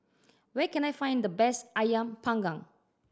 where can I find the best Ayam Panggang